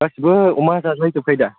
गासैबो अमा जाजोबखायो दा